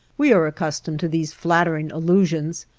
we are accustomed to these flattering allusions,